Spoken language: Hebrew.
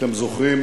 אתם זוכרים